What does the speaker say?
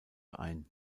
ein